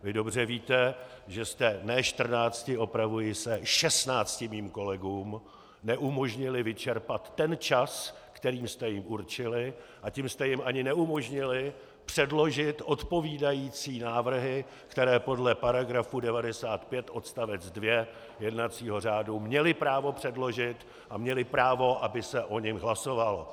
Vy dobře víte, že jste ne čtrnácti opravuji se, šestnácti mým kolegům neumožnili vyčerpat ten čas, který jste jim určili, a tím jste jim ani neumožnili předložit odpovídající návrhy, které podle § 95, odstavec 2 jednacího řádu, měli právo předložit, a měli právo, aby se o nich hlasovalo.